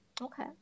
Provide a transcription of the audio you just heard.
okay